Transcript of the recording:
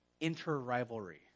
inter-rivalry